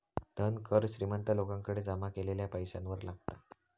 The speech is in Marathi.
धन कर श्रीमंत लोकांकडे जमा केलेल्या पैशावर लागता